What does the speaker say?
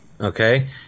okay